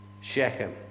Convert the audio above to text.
Shechem